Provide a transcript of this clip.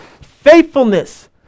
faithfulness